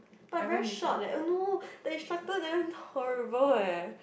but very short leh oh no the instructor damn horrible eh